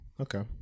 Okay